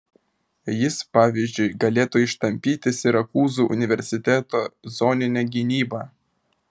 jis pavyzdžiui galėtų ištampyti sirakūzų universiteto zoninę gynybą